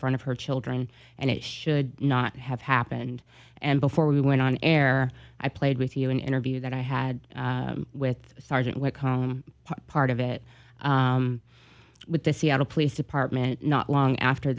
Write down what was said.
front of her children and it should not have happened and before we went on air i played with you an interview that i had with sergeant column part of it with the seattle police department not long after